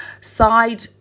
side